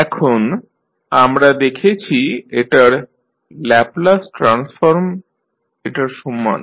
এখন আমরা দেখেছি এটার ল্যাপলাস ট্রান্সফর্ম এটার সমান